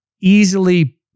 easily